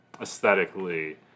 aesthetically